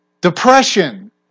Depression